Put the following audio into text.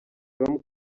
com